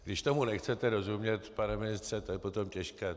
Když tomu nechcete rozumět, pane ministře, to je potom těžké.